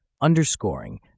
underscoring